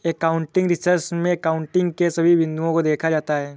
accounting research में accounting के सभी बिंदुओं को देखा जाता है